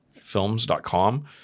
films.com